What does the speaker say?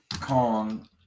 Kong